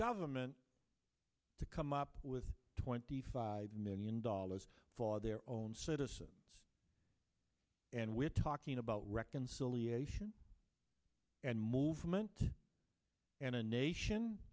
government to come up with twenty five million dollars for their own citizens and we're talking about reconciliation and movement and a nation